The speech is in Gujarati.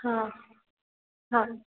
હા હા